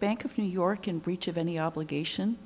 bank of new york in breach of any obligation